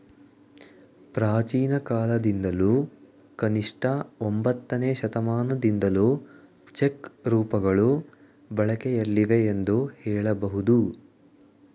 ಪ್ರಾಚೀನಕಾಲದಿಂದಲೂ ಕನಿಷ್ಠ ಒಂಬತ್ತನೇ ಶತಮಾನದಿಂದಲೂ ಚೆಕ್ ರೂಪಗಳು ಬಳಕೆಯಲ್ಲಿವೆ ಎಂದು ಹೇಳಬಹುದು